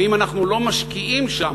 ואם אנחנו לא משקיעים שם,